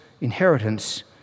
inheritance